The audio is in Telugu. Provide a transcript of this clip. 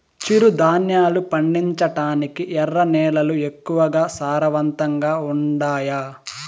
చిరుధాన్యాలు పండించటానికి ఎర్ర నేలలు ఎక్కువగా సారవంతంగా ఉండాయా